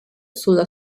sulla